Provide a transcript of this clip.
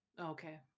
okay